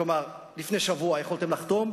כלומר לפני שבוע יכולתם לחתום,